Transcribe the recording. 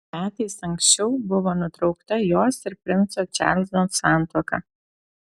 metais anksčiau buvo nutraukta jos ir princo čarlzo santuoka